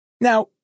Now